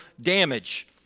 damage